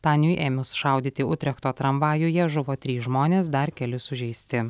taniui ėmus šaudyti utrechto tramvajuje žuvo trys žmonės dar keli sužeisti